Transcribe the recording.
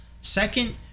second